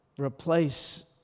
replace